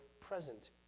present